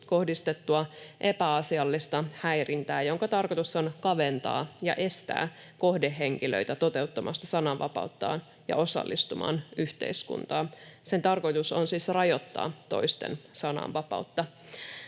kohdistettua epäasiallista häirintää, jonka tarkoitus on kaventaa ja estää kohdehenkilöitä toteuttamasta sananvapauttaan ja osallistumasta yhteiskuntaan. Sen tarkoitus on siis rajoittaa toisten sananvapautta.